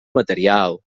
material